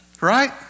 right